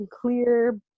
clear